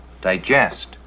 digest